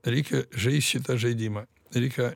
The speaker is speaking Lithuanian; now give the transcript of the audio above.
reikia žaist šitą žaidimą reikia